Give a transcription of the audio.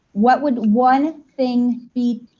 what would one thing be?